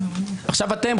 אתם,